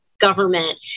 government